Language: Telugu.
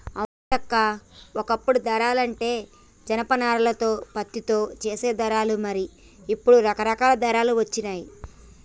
అవును సీతక్క ఓ కప్పుడు దారాలంటే జనప నారాలతో పత్తితో చేసే దారాలు మరి ఇప్పుడు రకరకాల దారాలు వచ్చినాయి